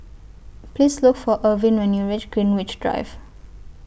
Please Look For Ervin when YOU REACH Greenwich Drive